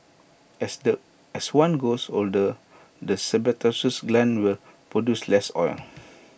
as the as one grows older the sebaceous glands will produce less oil